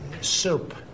Soup